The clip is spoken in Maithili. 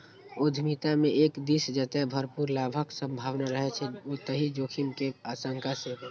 उद्यमिता मे एक दिस जतय भरपूर लाभक संभावना रहै छै, ओतहि जोखिम के आशंका सेहो